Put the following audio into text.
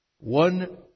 One